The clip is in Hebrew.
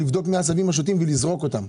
לבדוק מי העשבים השוטים ולזרוק אותם.